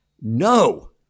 No